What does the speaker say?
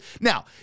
now